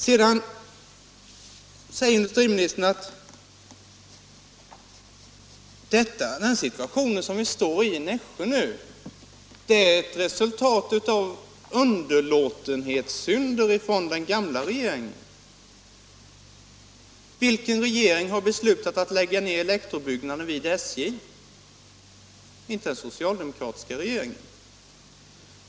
Vidare säger industriministern att den situation som vi nu har i Nässjö är ett resultat av underlåtenhetssynder från den gamla regeringen. Vilken regering har beslutat att lägga ned elektrobyggnaden vid SJ? Inte är det den socialdemokratiska regeringen.